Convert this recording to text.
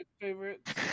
favorite